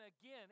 again